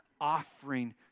offering